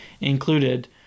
included